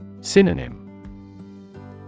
Synonym